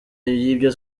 y’ibyo